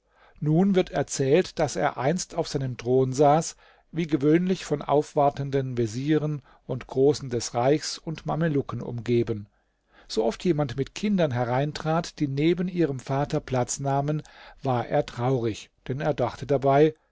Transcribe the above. nun wird erzählt daß er einst auf seinem thron saß wie gewöhnlich von aufwartenden vezieren und großen des reichs und mamelucken umgeben so oft jemand mit kindern hereintrat die neben ihrem vater platz nahmen war er traurig denn er dachte dabei